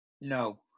no